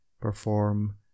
perform